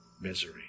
misery